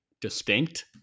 distinct